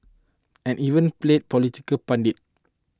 and even played political pundit